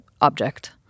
object